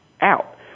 out